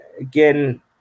again